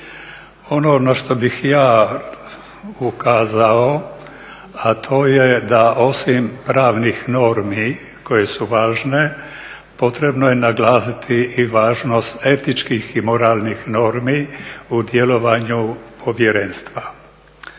na što bih ja ukazao, a to je da osim pravnih normi koje su važne potrebno je naglasiti i važnost etičkih i moralnih normi u djelovanju Povjerenstva.